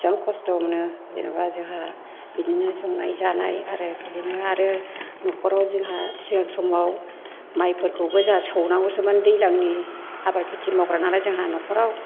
बेसेबां खस्थ' मोनो जेन'बा जोंहा बिनिनो संनाय जानाय आरो बिनिनो आरो नखराव जोंहा सिगां समाव मायफोरखौबो जोंहा सौनांगौसोमोन दैज्लांनि आबाद खेथि मावग्रा नालाय जोंहा नखराव